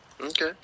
Okay